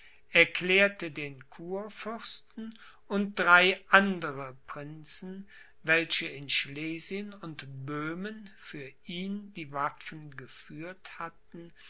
erklärte den kurfürsten und drei andere prinzen welche in schlesien und böhmen für ihn die waffen geführt hatten